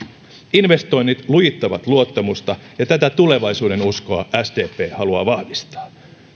investoinnit lujittavat luottamusta ja tätä tulevaisuudenuskoa sdp haluaa vahvistaa